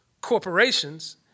corporations –